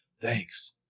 thanks